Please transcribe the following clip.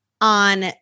on